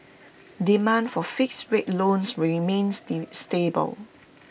demand for fixed rate loans remains stable